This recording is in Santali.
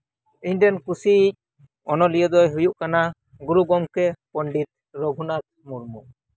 ᱤᱧᱨᱮᱱ ᱠᱩᱥᱤᱭᱤᱡ ᱚᱱᱚᱞᱤᱭᱟᱹ ᱫᱚᱭ ᱦᱩᱭᱩᱜ ᱠᱟᱱᱟ ᱜᱩᱨᱩ ᱜᱚᱢᱠᱮ ᱯᱚᱸᱰᱤᱛ ᱨᱚᱜᱷᱩᱱᱟᱛᱷ ᱢᱩᱨᱢᱩ